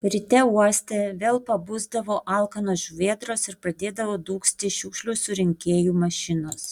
ryte uoste vėl pabusdavo alkanos žuvėdros ir pradėdavo dūgzti šiukšlių surinkėjų mašinos